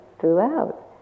throughout